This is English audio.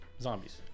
zombies